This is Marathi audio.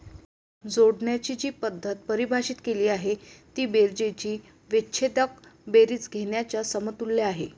जोडण्याची जी पद्धत परिभाषित केली आहे ती बेरजेची विच्छेदक बेरीज घेण्याच्या समतुल्य आहे